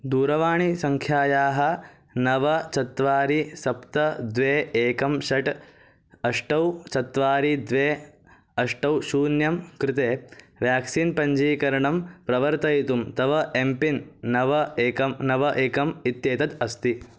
दूरवाणीसङ्ख्यायाः नव चत्वारि सप्त द्वे एकं षट् अष्टौ चत्वारि द्वे अष्टौ शून्यं कृते व्याक्सीन् पञ्जीकरणं प्रवर्तयितुं तव एम्पिन् नव एकं नव एकम् इत्येतत् अस्ति